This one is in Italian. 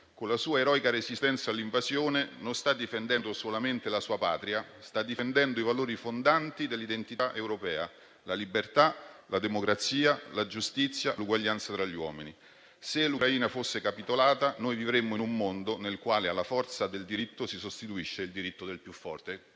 con la sua eroica resistenza all'invasione non sta difendendo solamente la sua Patria, ma i valori fondanti dell'identità europea, la libertà, la democrazia, la giustizia e l'uguaglianza tra gli uomini. Se l'Ucraina fosse capitolata, noi vivremmo in un mondo nel quale alla forza del diritto si sostituisce il diritto del più forte: